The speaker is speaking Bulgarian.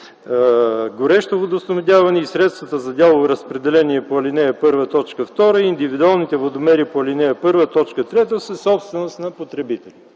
горещо водоснабдяване и средствата за дялово разпределение по ал. 1, т. 2, и индивидуалните водомери по ал. 1, т. 3 са собственост на потребителите”